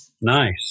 nice